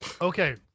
okay